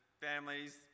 families